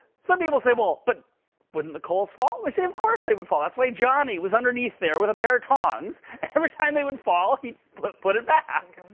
some people say, well, but wouldn't the coals fall? and we say, of course they would fall. that's why johnny was underneath there with a pair of tongs. and every time they would fall, he'd but put it back.